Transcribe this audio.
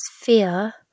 fear